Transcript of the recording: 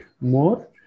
more